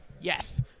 Yes